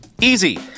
Easy